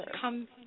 come